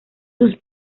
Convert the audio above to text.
sus